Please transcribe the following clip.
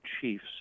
chiefs